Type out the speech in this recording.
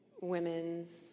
women's